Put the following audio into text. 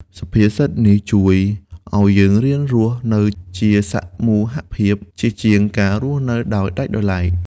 សុភាសិតនេះជួយឱ្យយើងរៀនរស់នៅជាសមូហភាព ជាជាងការរស់នៅដាច់ដោយឡែក។